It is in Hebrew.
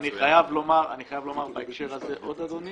חייב לומר בהקשר הזה עוד, אדוני-